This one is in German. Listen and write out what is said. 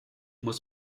muss